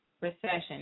recession